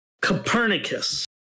Copernicus